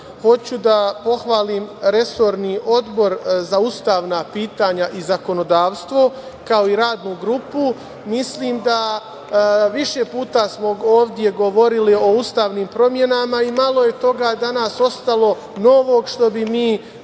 hoću da pohvalim resorni Odbor za ustavna pitanja i zakonodavstvo, kao i Radnu grupu. Mislim da smo više puta ovde govorili o ustavnim promenama i malo je toga danas ostalo novog što bi